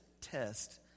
test